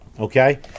Okay